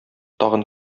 тагын